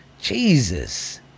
Jesus